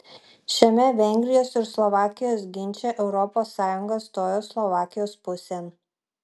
šiame vengrijos ir slovakijos ginče europos sąjunga stojo slovakijos pusėn